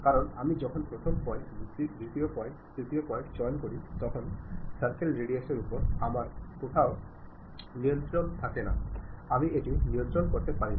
কারণ আমি যখন প্রথম পয়েন্ট দ্বিতীয় পয়েন্ট তৃতীয় পয়েন্টটি চয়ন করি তখন সার্কেলের রাডিউসের উপর আমার কোনও নিয়ন্ত্রণ থাকে না আমি এটি নিয়ন্ত্রণ করতে পারি না